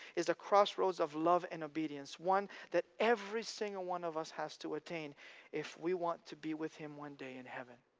crossroads of love and obedience. one that every single one of us has to attain if we want to be with him one day in heaven.